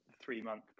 three-month